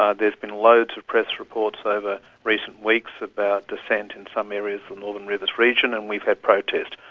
ah there has been loads of press reports over recent weeks about dissent in some areas of the northern rivers region, and we've had protests.